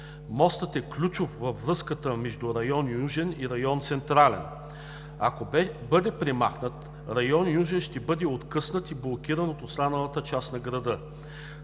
Мостът е ключов във връзката между район „Южен“ и район „Централен“. Ако бъде премахнат, район „Южен“ ще бъде откъснат и блокиран от останалата част на града.